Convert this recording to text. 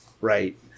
right